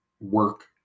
work